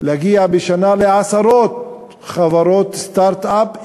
להגיע בשנה לעשרות חברות סטרט-אפ,